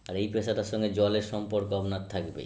আর এই পেশাটার সঙ্গে জলের সম্পর্ক আপনার থাকবেই